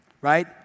Right